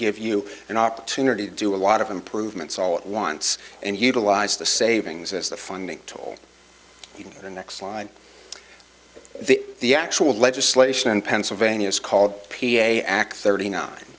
give you an opportunity to do a lot of improvements all at once and utilize the savings as the funding tool in the next line the the actual legislation in pennsylvania is called p a act thirty nine